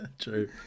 True